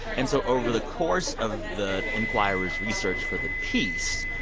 and so over the course of the enquirer's research for the piece,